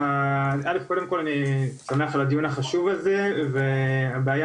אז קודם כל אני שמח על הדיון החשוב הזה בוועדה ואני חושב שהבעיה